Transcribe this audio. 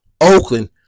Oakland